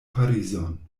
parizon